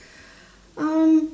um